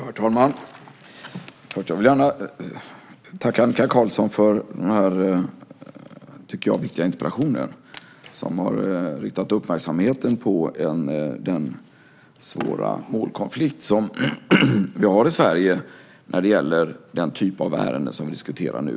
Herr talman! Jag vill gärna tacka Annika Qarlsson för den här viktiga interpellationen. Den har riktat uppmärksamheten på den svåra målkonflikt vi har i Sverige när det gäller den typ av ärenden som vi diskuterar nu.